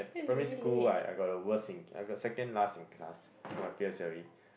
primary school I I got the worst in I got second last in class for my P_S_L_E